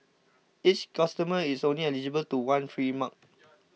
each customer is only eligible to one free mug